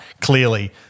clearly